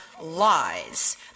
lies